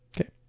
Okay